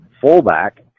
fullback